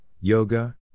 Yoga